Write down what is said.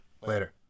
Later